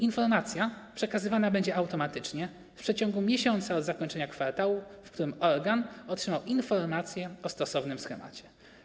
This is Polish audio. Informacja przekazywana będzie automatycznie w ciągu miesiąca od zakończenia kwartału, w którym organ otrzymał informację o stosownym schemacie.